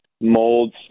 molds